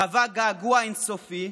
חווה געגוע אין-סופי,